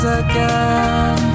again